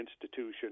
Institution